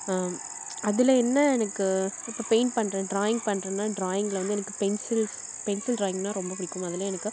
அதில் என்ன எனக்கு இப்போ பெயிண்ட் பண்ணுறேன் டிராயிங் பண்ணுறேன்னா டிராயிங்கில் வந்து எனக்கு பென்சில்ஸ் பென்சில் டிராயிங்கனா ரொம்ப பிடிக்கும் அதுல எனக்கு